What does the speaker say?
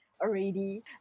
already